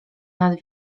nad